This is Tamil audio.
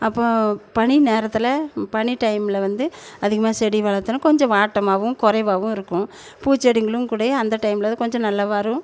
அப்போறம் பனி நேரத்தில் பனி டைமில் வந்து அதிகமாக செடி வளர்துன்னா கொஞ்சம் வாட்டமாகவும் குறைவாவும் இருக்கும் பூச்செடிங்களும் கூடயே அந்த டைமில் கொஞ்சம் நல்லா வரும்